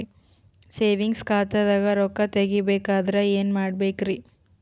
Savings ಖಾತಾದಾಗ ರೊಕ್ಕ ತೇಗಿ ಬೇಕಾದರ ಏನ ಮಾಡಬೇಕರಿ?